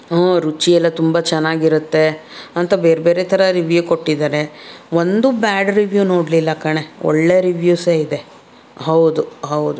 ಹ್ಞೂ ರುಚಿ ಎಲ್ಲ ತುಂಬ ಚೆನ್ನಾಗಿರುತ್ತೆ ಅಂತ ಬೇರೆ ಬೇರೆ ಥರ ರಿವ್ಯೂ ಕೊಟ್ಟಿದ್ದಾರೆ ಒಂದೂ ಬ್ಯಾಡ್ ರಿವ್ಯೂ ನೋಡಲಿಲ್ಲ ಕಣೆ ಒಳ್ಳೆಯ ರಿವ್ಯೂಸೇ ಇದೆ ಹೌದು ಹೌದು